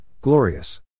glorious